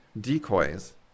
decoys